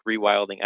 rewilding